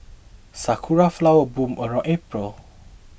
sakura flowers bloom around April